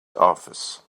office